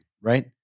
right